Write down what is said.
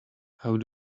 how